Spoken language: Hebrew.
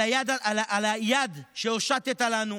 על היד שהושטת לנו,